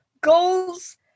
goals